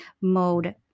mode